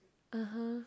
(uh huh)